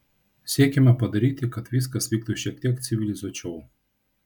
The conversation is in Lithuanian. siekiame padaryti kad viskas vyktų šiek tiek civilizuočiau